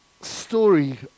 story